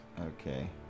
Okay